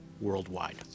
worldwide